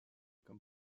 comme